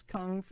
Kung